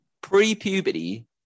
pre-puberty